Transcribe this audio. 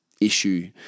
issue